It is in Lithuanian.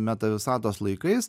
meta visatos laikais